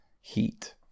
Heat